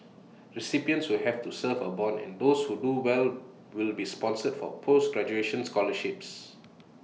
recipients will have to serve A Bond and those who do well will be sponsored for post graduation scholarships